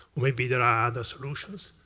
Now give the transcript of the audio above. maybe there are other solutions.